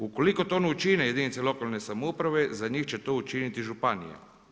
Ukoliko to ne učine jedinice lokalne samouprave za njih će to učiniti županija.